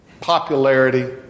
popularity